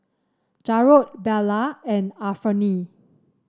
Jarrod Beula and Anfernee